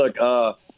look –